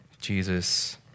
Jesus